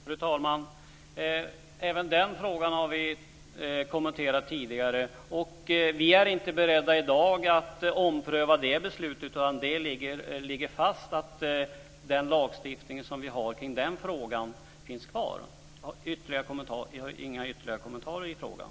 Fru talman! Även den frågan har vi kommenterat tidigare. Vi är i dag inte beredda att ompröva det beslutet, utan det ligger fast. Den lagstiftning vi har kring den frågan finns kvar. Jag har inga ytterligare kommentarer i frågan.